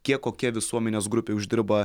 kiek kokia visuomenės grupė uždirba